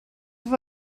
oedd